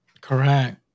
Correct